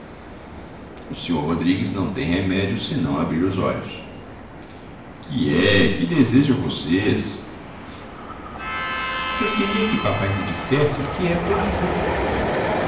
o senhor rodrigues não tem remédio senão abrir os olhos que é que desejam vocês eu queria que papai me dissesse o que é plebiscito